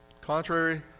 contrary